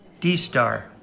D-Star